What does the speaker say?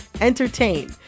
entertain